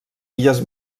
illes